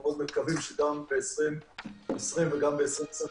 אנחנו מאוד מקווים שגם ב-2020 וגם ב-2021